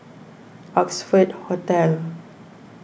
Oxford Hotel